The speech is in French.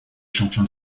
champions